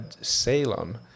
Salem